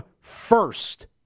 first